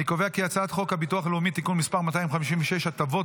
הצעת חוק הביטוח הלאומי (תיקון מס' 256) (הטבות